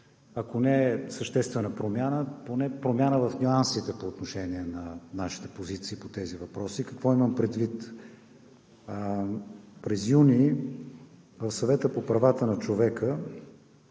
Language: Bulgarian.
ако не съществена промяна, поне промяна в нюансите по отношение на нашите позиции по тези въпроси. Какво имам предвид? През месец юни в Съвета по правата на човека